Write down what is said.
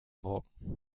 morgen